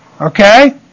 Okay